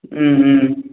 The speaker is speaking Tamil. ம் ம்